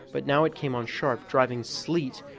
but now it came on sharp, driving sleet,